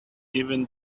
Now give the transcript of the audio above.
even